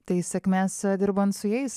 tai sėkmės dirbant su jais